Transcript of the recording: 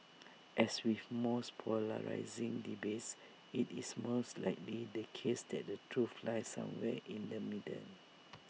as with most polarising debates IT is most likely the case that the truth lies somewhere in the middle